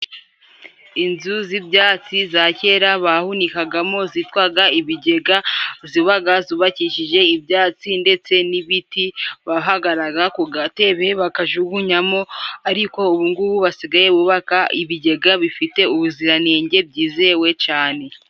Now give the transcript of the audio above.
Inzu z'ibyatsi za kera bahunikagamo zitwaga ibigega, zibaga zubakishije ibyatsi ndetse n'ibiti, bahagararaga ku gatebe bakajugunyamo, ariko ubu ngubu basigaye bubaka ibigega bifite ubuziranenge, byizewe cane.